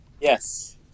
Yes